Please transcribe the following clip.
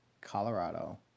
Colorado